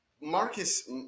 Marcus